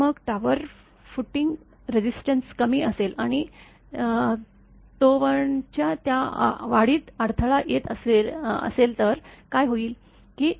तर मग tower footing resistance कमी असेल आणि तोवण्याच्या त्या वाढीत अडथळा येत असेलतर काय होईल